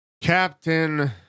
Captain